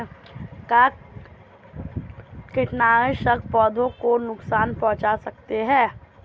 क्या कीटनाशक पौधों को नुकसान पहुँचाते हैं?